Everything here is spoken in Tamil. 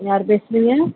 யார் பேசுகிறீங்க